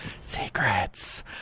secrets